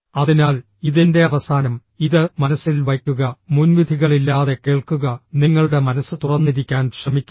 അതിനാൽ ഇതിന്റെ അവസാനം ഇത് മനസ്സിൽ വയ്ക്കുക മുൻവിധികളില്ലാതെ കേൾക്കുക നിങ്ങളുടെ മനസ്സ് തുറന്നിരിക്കാൻ ശ്രമിക്കുക